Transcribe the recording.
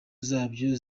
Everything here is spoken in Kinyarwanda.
zabyo